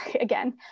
again